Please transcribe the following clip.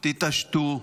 תתעשתו,